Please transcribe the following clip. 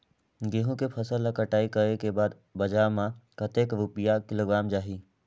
गंहू के फसल ला कटाई करे के बाद बजार मा कतेक रुपिया किलोग्राम जाही?